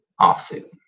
offsuit